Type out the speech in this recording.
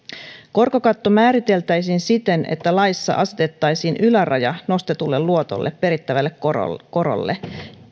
korkokatto määriteltäisiin siten että laissa asetettaisiin yläraja nostetulle luotolle perittävälle korolle korolle